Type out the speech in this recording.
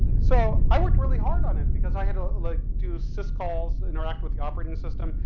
so i worked really hard on it because i had to like do sys calls, interact with the operating system,